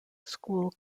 school